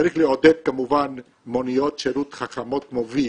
צריך לעודד כמובן מוניות שירות חכמות, כמו 'ויה'.